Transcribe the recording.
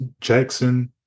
Jackson